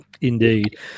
Indeed